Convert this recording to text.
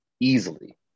Easily